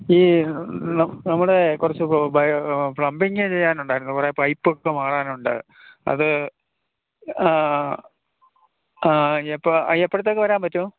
ഈ നമ്മുടെ കുറച്ച് പ്ലംബിങ്ങ് ചെയ്യാനുണ്ടായിരുന്നു കുറെ പൈപ്പൊക്കെ മാറാനുണ്ട് അത് എപ്പോഴത്തേക്ക് വരാന് പറ്റും